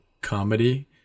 comedy